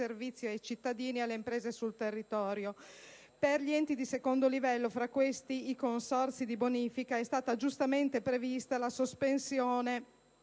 servizio ai cittadini e alle imprese sul territorio. Per gli enti di secondo livello, e fra questi i consorzi di bonifica, è stata giustamente prevista la sospensione